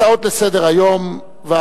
הצעות לסדר-היום מס'